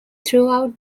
throughout